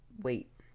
wait